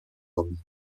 homme